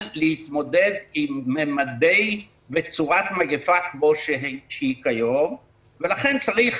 להתמודד עם ממדי המגפה וצורתה כפי שהיא כיום ולכן צריך